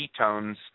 ketones